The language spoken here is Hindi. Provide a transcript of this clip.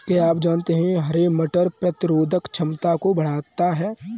क्या आप जानते है हरे मटर प्रतिरोधक क्षमता को बढ़ाता है?